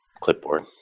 clipboard